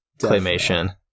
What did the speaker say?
claymation